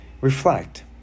reflect